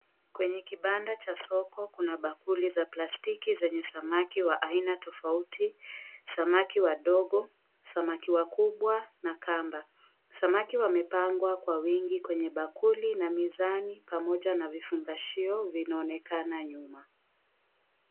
Kibanda chasoko zina sahani za plastiki zenye samani tofauti. Samaki wadogo, samaki wakubwa na kamba. Samaki wamepangwa vizuri kwenye bakuli na mizani pamoja na vifungashio vinaonekana nyuma.